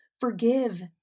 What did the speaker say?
forgive